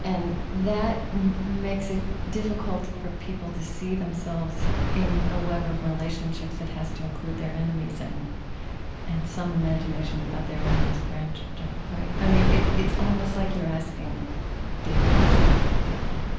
and that makes it difficult for people to see themselves in a web of relationships that has to include their enemies and and some imagination about their enemies' grandchildren, right? i mean, it's almost like you're asking the impossible of people